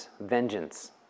vengeance